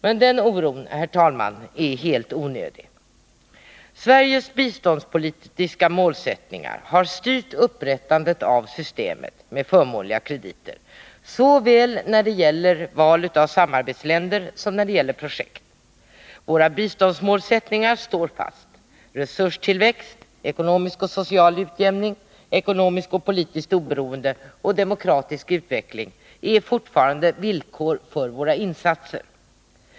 Men den oron, herr talman, är helt onödig. Sveriges biståndspolitiska målsättningar har styrt upprättandet av systemet med förmånliga krediter såväl när det gäller val av samarbetsländer som när det gäller projekt. Våra biståndsmålsättningar står fast: resurstillväxt, ekonomisk och social utjämning, ekonomiskt och politiskt oberoende och demokratisk utveckling är fortfarande villkor för våra insatser.